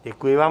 Děkuji vám.